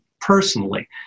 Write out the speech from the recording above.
personally